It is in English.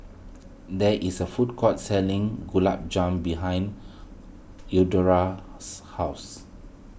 there is a food court selling Gulab Jamun behind Eudora's house